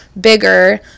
bigger